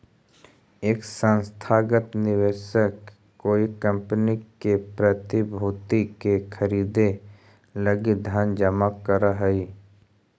एक संस्थागत निवेशक कोई कंपनी के प्रतिभूति के खरीदे लगी धन जमा करऽ हई